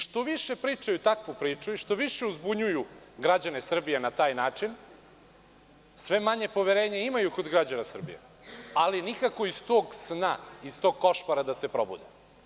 Što više pričaju takvu priču i što više uzbunjuju građane Srbije na taj način, sve manje poverenja imaju kod građana Srbije, ali nikako iz tog sna, iz tog košmara da se probude.